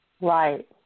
Right